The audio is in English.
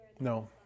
No